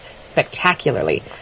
spectacularly